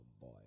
boy